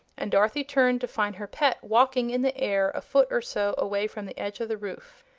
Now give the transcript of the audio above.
and dorothy turned to find her pet walking in the air a foot or so away from the edge of the roof.